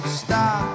stop